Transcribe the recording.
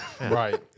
right